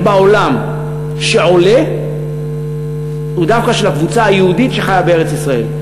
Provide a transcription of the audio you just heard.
בעולם שעולה הוא דווקא של הקבוצה היהודית שחיה בארץ-ישראל.